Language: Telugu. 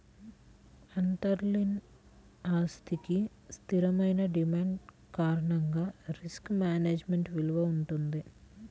అంతర్లీన ఆస్తికి స్థిరమైన డిమాండ్ కారణంగా రిస్క్ మేనేజ్మెంట్ విలువ వుంటది